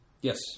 Yes